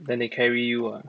then they carry you ah